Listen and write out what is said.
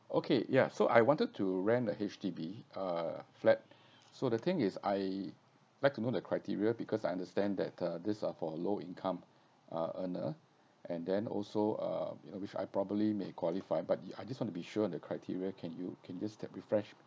okay ya so I wanted to rent a H_D_B uh flat so the thing is I like to know the criteria because I understand that uh this are for low income uh earner and then also uh you know which I probably may qualified but I just want to be sure the criteria can you can just tap refresh